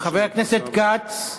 חבר הכנסת כץ.